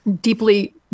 deeply